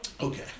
Okay